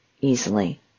easily